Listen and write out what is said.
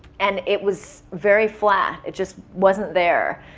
and it was very flat. it just wasn't there.